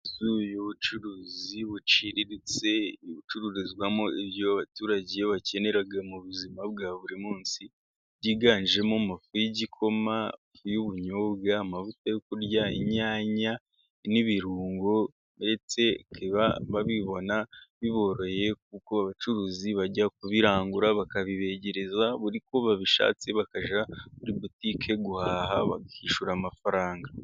Inzu y' ubucuruzi buciriritse, icururizwamo ibyo abaturage bakenera mu buzima bwa buri munsi, byiganjemo amafu y' igikoma, ifu y' ubunyobwa, amavuta yo kurya, inyanya n' ibirungo, ndetse bakaba babibona biboroheye kuko abacuruzi bajya kubirangura bakabibegereza, buri uko babishatse bakajya kuri butike guhaha bakishyura amafaranga.